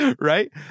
right